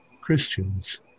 Christians